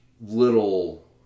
little